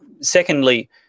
Secondly